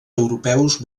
europeus